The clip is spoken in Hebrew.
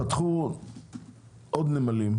פתחו עוד נמלים,